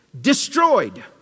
Destroyed